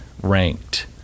ranked